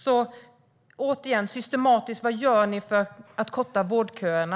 Återigen: Vad gör ni systematiskt för att korta vårdköerna?